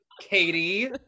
Katie